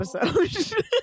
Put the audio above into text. episode